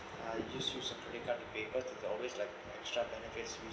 I use three credit cards to pay because there's always like extra benefits